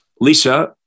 Lisa